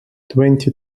twenty